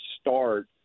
start